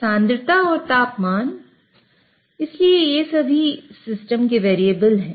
सांद्रता और तापमान इसलिए ये सभी सिस्टम के वेरिएबल हैं